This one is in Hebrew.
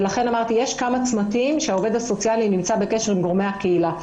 לכן אמרתי שיש כמה צמתים שהעובד הסוציאלי נמצא בקשר עם גורמי הקהילה.